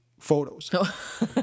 Photos